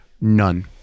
none